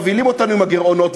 מובילים אותנו עם הגירעונות,